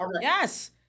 Yes